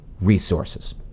resources